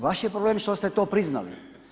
Vaš je problem što ste to priznali.